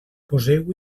poseu